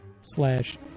slash